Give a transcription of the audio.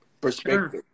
perspective